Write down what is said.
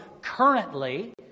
currently